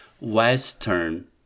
Western